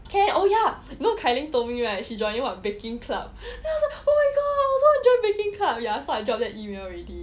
can oh ya you know kai ling told me right she joining what baking club then I was like oh my god I also want to join baking club so I drop them a email already